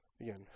again